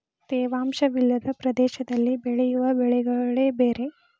ತೇವಾಂಶ ವಿಲ್ಲದ ಪ್ರದೇಶದಲ್ಲಿ ಬೆಳೆಯುವ ಬೆಳೆಗಳೆ ಬೇರೆ